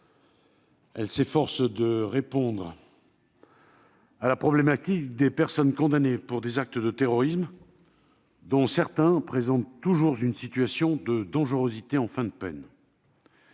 on s'efforce de répondre à la problématique des personnes condamnées pour des actes de terrorisme, dont certains présentent toujours une situation de dangerosité en fin de peine.